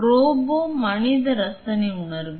robot மனித ரசனை உணர்வு